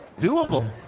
Doable